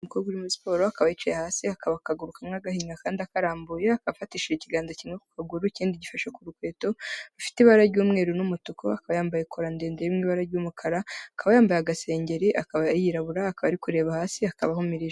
Umukobwa uri muri siporo, akaba yicaye hasi, akaba akaguru kamwe agahinnye, akandi akarambuye, afatishije ikiganza kimwe ku kaguru, ikindi gifashe ku rukweto rufite ibara ry'umweru n'umutuku, akaba yambaye kora ndende iri mu ibara ry'umukara, akaba yambaye agasengeri, akaba yirabura, akaba ari kureba hasi, akaba ahumirije.